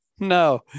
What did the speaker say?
No